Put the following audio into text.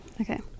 Okay